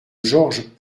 george